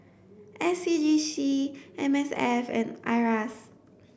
S C G C M S F and IRAS